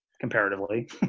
comparatively